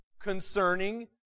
Concerning